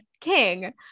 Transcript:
King